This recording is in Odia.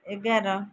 ଏଗାର